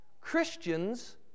Christians